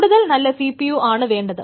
കൂടുതൽ നല്ല CPU ആണ് വേണ്ടത്